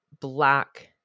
black